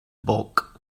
bulk